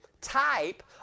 type